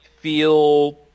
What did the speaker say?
feel